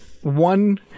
one